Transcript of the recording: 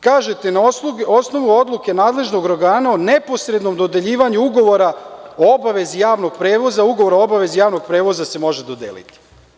Kažete - Na osnovu odluke nadležnog organa o neposrednom dodeljivanju ugovora o obavezi javnog prevoza, ugovora o obavezi javnog prevoza se može dodeliti.